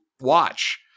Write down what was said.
watch